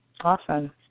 Awesome